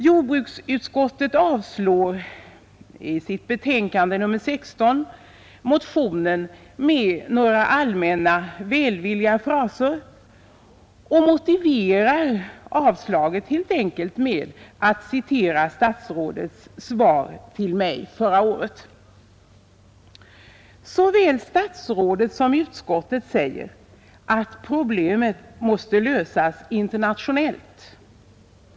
Jordbruksutskottet avstyrker i sitt betänkande nr 16 motionen med några allmänna välvilliga fraser och motiverar avslaget helt enkelt med att citera statsrådets svar till mig förra året. Såväl statsrådet som utskottet säger att problemet måste lösas internationellt.